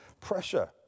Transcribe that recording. pressure